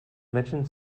menschen